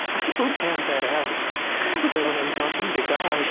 i don't have that out. so when i'm talking to god,